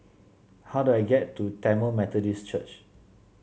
how do I get to Tamil Methodist Church